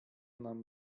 nam